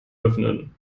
öffnen